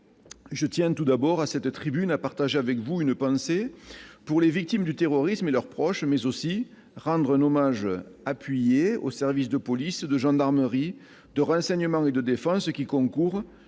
je tiens tout d'abord, du haut de cette tribune, à partager avec vous une pensée pour les victimes du terrorisme et pour leurs proches, mais aussi à rendre un hommage appuyé aux services de police, de gendarmerie, de renseignement et de défense, qui concourent